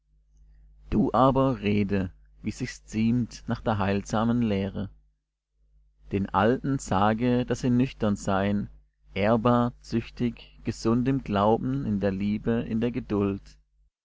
du aber rede wie sich's ziemt nach der heilsamen lehre den alten sage daß sie nüchtern seien ehrbar züchtig gesund im glauben in der liebe in der geduld